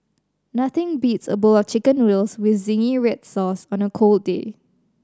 nothing beats a bowl of Chicken Noodles with zingy red sauce on a cold day